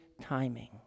timing